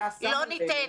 לא ניתן.